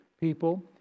people